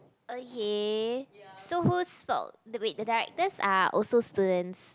okay so who's fault wait the directors are also students